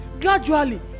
gradually